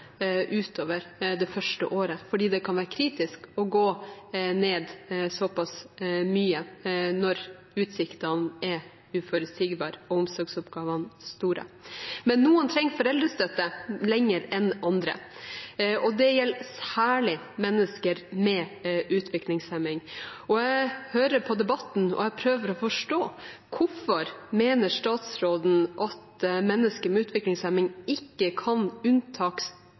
utover det første året, fordi det kan være kritisk å gå ned såpass mye når utsiktene er uforutsigbare og omsorgsoppgavene store. Men noen trenger foreldrestøtte lenger enn andre, og det gjelder særlig mennesker med utviklingshemning. Jeg hører på debatten, og jeg prøver å forstå: Hvorfor mener statsråden at mennesker med utviklingshemning ikke kan